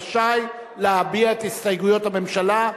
רשאי להביע את הסתייגויות הממשלה,